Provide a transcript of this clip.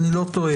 אם אני לא טועה.